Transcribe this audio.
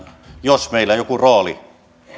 jos meillä joku rooli on ja